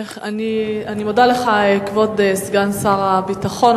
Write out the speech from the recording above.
אני מודה לך, כבוד סגן שר הביטחון.